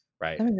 Right